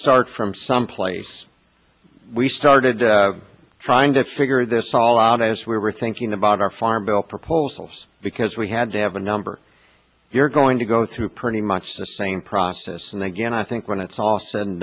start from someplace we started trying to figure this all out as we were thinking about our farm bill proposals because we had to have a number you're going to go through pretty much the same process and then again i think when it's all said and